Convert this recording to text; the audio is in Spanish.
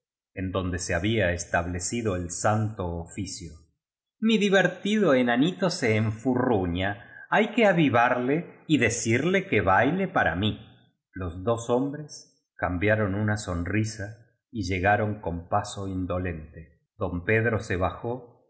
en donde se había es tablecido el santo oficio mi divertido enanito se enfurruña hay que avivarle y decirle que baile para mí los dos hombres cambiaron una sonrisa y llegaron con paso indolente don pedro se bajó y